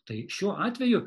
tai šiuo atveju